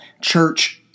church